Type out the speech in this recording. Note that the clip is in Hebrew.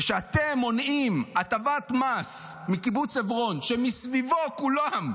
וכשאתם מונעים הטבת מס מקיבוץ עברון שמסביבו כולם,